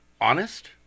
honest